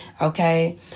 okay